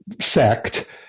sect